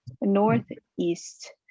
northeast